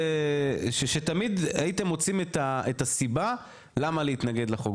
שתמיד הייתם מוצאים את הסיבה למה להתנגד לחוק.